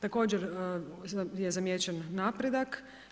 Također je zamijećen napredak.